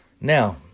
now